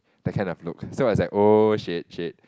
that kind of look so I was like shit shit